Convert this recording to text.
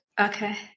Okay